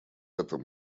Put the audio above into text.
этом